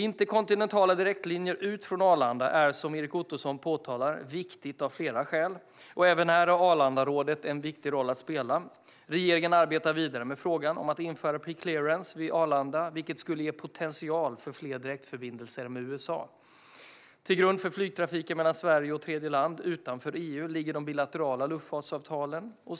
Interkontinentala direktlinjer ut från Arlanda är, som Erik Ottoson påpekar, viktigt av flera skäl. Även här har Arlandarådet en viktig roll att spela. Regeringen arbetar vidare med frågan om att införa preclearance vid Arlanda, vilket skulle ge potential för fler direktförbindelser med USA. Till grund för flygtrafiken mellan Sverige och tredjeland, utanför EU, ligger de bilaterala luftfartsavtalen.